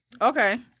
Okay